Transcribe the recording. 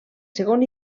segon